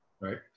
Right